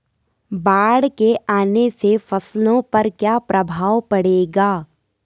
बाढ़ के आने से फसलों पर क्या प्रभाव पड़ेगा?